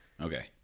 Okay